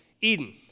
Eden